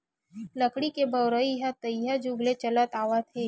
लकड़ी के बउरइ ह तइहा जुग ले चलत आवत हे